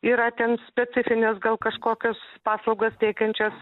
yra ten specifinės gal kažkokias paslaugas teikiančios